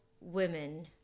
women